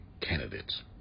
candidates